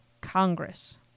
Congress